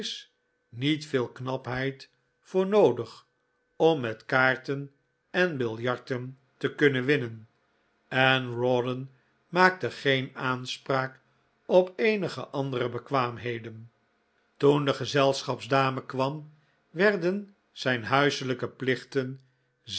niet veel knapheid voor noodig om met kaarten en biljarten te kunnen winnen en rawdon maakte geen aanspraak op eenige andere bekwaamheden toen de gezelschapsdame kwam werden zijn huiselijke plichten